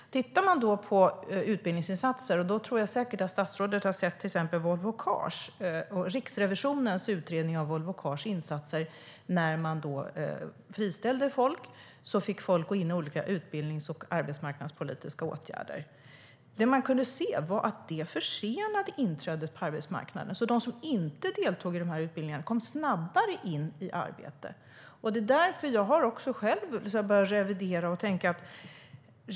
Man kan då titta på utbildningsinsatser. Jag tror att statsrådet har sett till exempel Riksrevisionens utredning av Volvo Cars insatser. När man friställde personer fick de gå in i olika utbildnings och arbetsmarknadspolitiska åtgärder. Det man kunde se var att det försenade inträdet på arbetsmarknaden. De som inte deltog i de här utbildningarna kom snabbare in i arbete. Jag har också själv börjat revidera och tänka på detta.